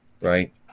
right